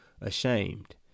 ashamed